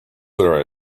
there